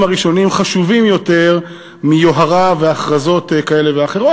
הראשונים חשובים יותר מיוהרה והכרזות כאלה ואחרות,